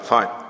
Fine